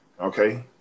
Okay